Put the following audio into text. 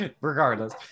regardless